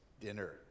dinner